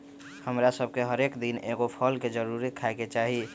हमरा सभके हरेक दिन एगो फल के जरुरे खाय के चाही